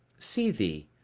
see thee.